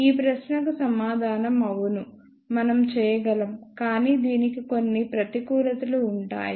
ఈ ప్రశ్నకు సమాధానం అవును మనం చేయగలం కానీ దీనికి కొన్ని ప్రతికూలతలు ఉంటాయి